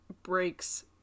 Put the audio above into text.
Breaks